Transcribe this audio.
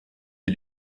des